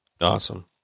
Awesome